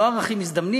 לא ערכים מזדמנים,